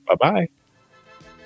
Bye-bye